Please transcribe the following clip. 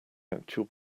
actual